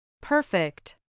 Perfect